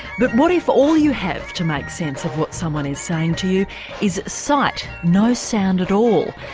but what if all you have to make sense of what someone is saying to you is sight, no sound at all.